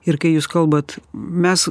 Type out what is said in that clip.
ir kai jūs kalbat mes